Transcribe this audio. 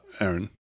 Aaron